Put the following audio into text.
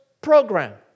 program